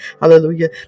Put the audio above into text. Hallelujah